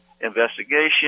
Investigation